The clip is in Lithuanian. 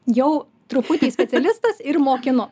jau truputį specialistas ir mokinu